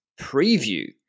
Preview